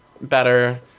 better